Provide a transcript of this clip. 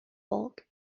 folk